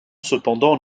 cependant